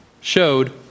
showed